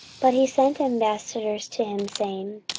but he sent ambassadors to him, saying,